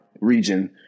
region